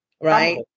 right